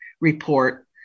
report